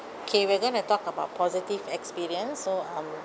okay we're going to talk about positive experience so um